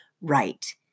right